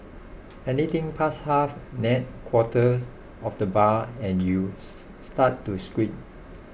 anything past half nay quarter of the bar and you start to squint